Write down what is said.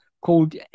called